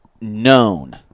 known